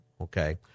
Okay